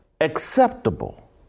acceptable